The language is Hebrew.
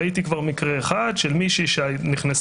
כבר ראיתי מקרה אחד של מישהי שנכנסה